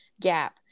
gap